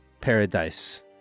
Paradise